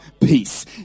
peace